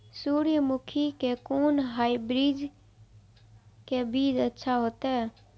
सूर्यमुखी के कोन हाइब्रिड के बीज अच्छा होते?